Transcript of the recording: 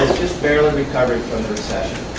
just barely recovering from the recession.